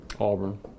Auburn